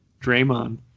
Draymond